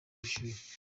ubushyuhe